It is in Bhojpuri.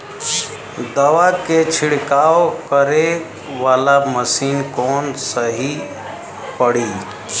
दवा के छिड़काव करे वाला मशीन कवन सही पड़ी?